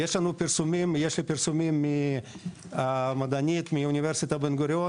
יש לי פרסומים ממדענית מאוניברסיטת בן גוריון